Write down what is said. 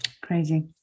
Crazy